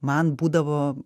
man būdavo